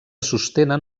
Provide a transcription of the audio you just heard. sostenen